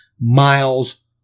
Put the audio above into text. miles